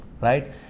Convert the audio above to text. right